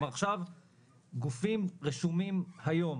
כלומר עכשיו גופים רשומים היום